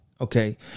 Okay